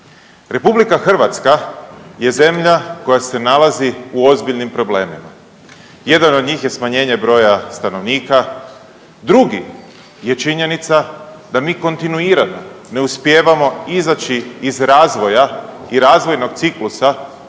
RH je zemlja koja se nalazi u ozbiljnim problemima, jedan od njih je smanjenje broja stanovnika, drugi je činjenica da mi kontinuirano ne uspijevamo izaći iz razvoja i razvojnog ciklusa